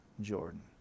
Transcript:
Jordan